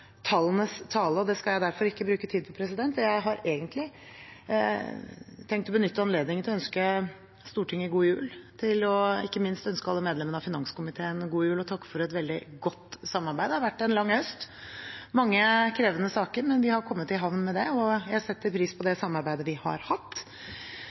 tallenes tale. Det skal jeg derfor ikke bruke tid på. Jeg hadde egentlig tenkt å benytte anledningen til å ønske Stortinget god jul, og ikke minst ønske alle medlemmene av finanskomiteen god jul og takke for et veldig godt samarbeid. Det har vært en lang høst, med mange krevende saker, men vi har kommet i havn med det, og jeg setter pris på